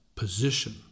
Position